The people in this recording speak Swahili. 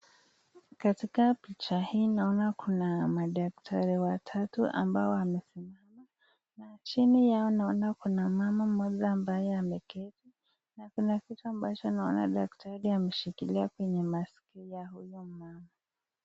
Katika picha hii naona kuna madaktari watatu ambao wamesimama. Chini yao naona kuna mama moja ambaye ameketi, na kuna kitu ambacho naona daktari ameshikilia hapo nyuma ya huyo mama.